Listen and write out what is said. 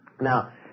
Now